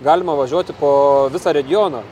galima važiuoti po visą regioną